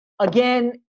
Again